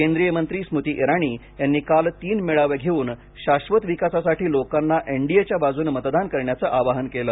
केंद्रीय मंत्री स्मृती इराणी यांनी काल तीन मेळावे घेऊन शाश्वत विकासासाठी लोकांना एन डी एच्या बाजूने मतदान करण्याचे आवाहन केले